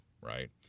right